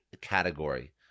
category